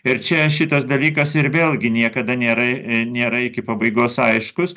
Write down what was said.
ir čia šitas dalykas ir vėlgi niekada nėra nėra iki pabaigos aiškus